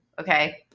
okay